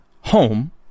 home